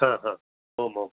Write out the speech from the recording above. हा हा आम् आम्